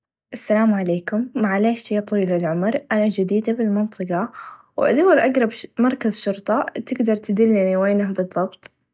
السلام عليكم معلش يا طيب العمر أنا چديده بالمنطقه و أدور أقرب مركز شرطه تقدر تدلني وينه بالظبط ؟